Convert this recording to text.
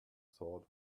sort